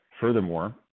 Furthermore